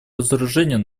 разоружению